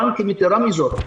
יתרה מזאת,